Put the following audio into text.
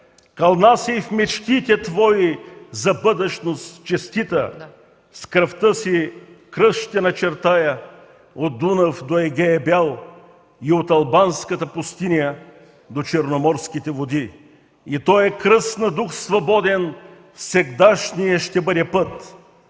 Кълна се и в мечтите твои за бъдещност честита! С кръвта си кръст ще начертая от Дунав до Егея бял и от Албанската пустиня до Черноморските води! И тоя кръст на дух свободен всегдашния ще бъде път!”